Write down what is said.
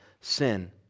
sin